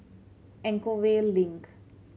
Anchorvale Link